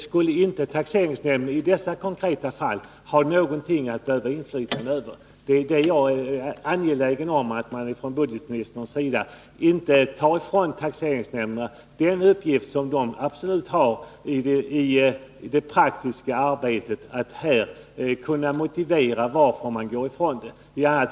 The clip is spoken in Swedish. Skulle inte taxeringsnämnderna i dessa konkreta fall ha något inflytande? Jag är angelägen om att budgetministern inte tar ifrån taxeringsnämnderna den uppgift som de Nr 100 absolut har i det praktiska arbetet, nämligen att fatta det slutgiltiga beslutet Fredagen den och motivera varför de går ifrån riktvärdena.